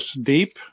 deep